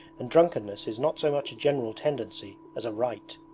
and drunkenness is not so much a general tendency as a rite,